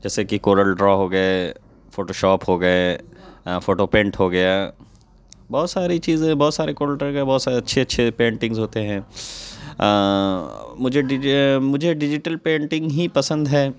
جیسے کہ Corel draw ہو گئے فوٹو شاپ ہو گئے فوٹو پینٹ ہو گیا بہت ساری چیزیں بہت سارے کوروٹل ڈرا بہت سارے اچھے اچھے پینٹنگز ہوتے ہیں آں مجھے ڈجیٹل پینٹنگ ہی پسند ہے